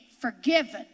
Forgiven